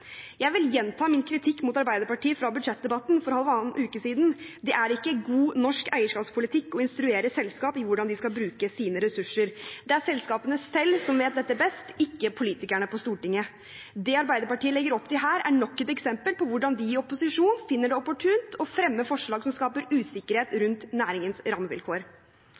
Jeg vil gjenta min kritikk mot Arbeiderpartiet fra budsjettdebatten for halvannen uke siden – det er ikke god norsk eierskapspolitikk å instruere selskap i hvordan de skal bruke sine ressurser. Det er selskapene selv som vet dette best, ikke politikerne på Stortinget. Det Arbeiderpartiet legger opp til her, er nok et eksempel på hvordan de i opposisjon finner det opportunt å fremme forslag som skaper usikkerhet rundt næringens rammevilkår.